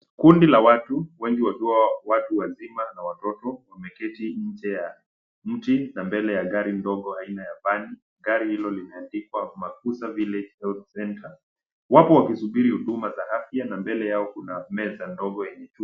Kundi la watu, wengi wakiwa watu wazima na watoto wameketi nje ya mti na mbele ya gari dogo aina ya van .Gari hilo limeandikwa Makusa village roads entrance .Wako wakisubiri huduma za afya na mbele yao kuna meza dogo yenye chupa.